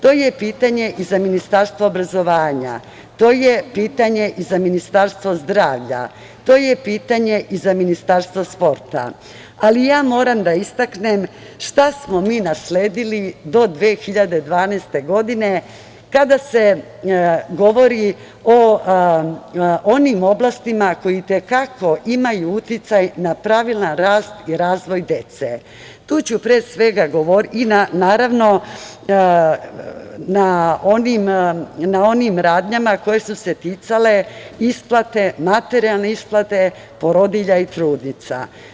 To je pitanje i za Ministarstvo obrazovanja, to je pitanje i za Ministarstvo zdravlja, to je pitanje i za Ministarstvo sporta, ali ja moram da istaknem šta smo mi nasledili do 2012. godine, kada se govori o onim oblastima koje i te kako imaju uticaj na pravilan rast i razvoj dece i na onim radnjama koje su se ticale materijalne isplate porodilja i trudnica.